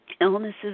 illnesses